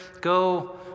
go